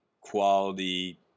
quality